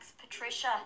patricia